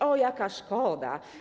O, jaka szkoda.